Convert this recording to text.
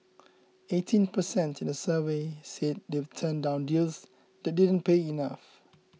eighteen per cent in the survey said they've turned down deals that didn't pay enough